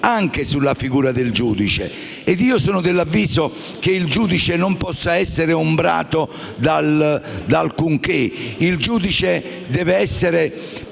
anche sulla figura del giudice. Sono dell'avviso che il giudice non possa essere ombrato da alcunché. Il giudice, prima di essere